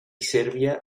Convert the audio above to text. serbia